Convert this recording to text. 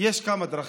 יש כמה דרכים,